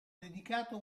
dedicato